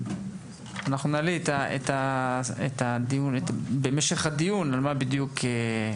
אנחנו נגיד במשך הדיון על מה ההסתייגויות,